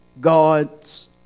God's